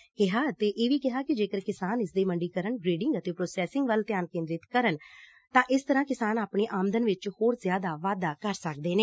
ਉਨੁਾਂ ਨੇ ਕਿਹਾ ਕਿ ਜੇਕਰ ਕਿਸਾਨ ਇਸਦੇ ਮੰਡੀਕਰਨ ਗ੍ਰੇਡਿੰਗ ਅਤੇ ਧੋਸੈਸਿੰਗ ਵੱਲ ਧਿਆਨ ਕੇਂਦਰਤ ਕਰਨ ਤਾਂ ਇਸ ਤਰਾਂ ਕਿਸਾਨ ਆਪਣੀ ਆਮਦਨ ਵਿਚ ਹੋਰ ਜਿਆਦਾ ਵਾਧਾ ਕਰ ਸਕਦੇ ਨੇ